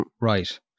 Right